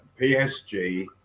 PSG